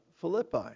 Philippi